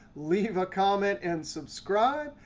leave a comment, and subscribe,